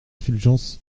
fulgence